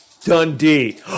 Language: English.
Dundee